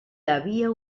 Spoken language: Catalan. havia